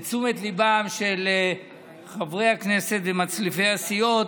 לתשומת ליבם של חברי הכנסת ומצליפי הסיעות,